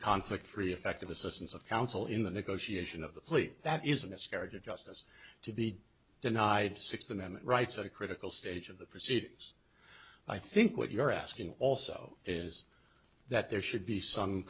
conflict free effective assistance of counsel in the negotiation of the plea that is a miscarriage of justice to be denied sixth amendment rights at a critical stage of the i think what you're asking also is that there should be some